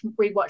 rewatch